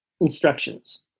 instructions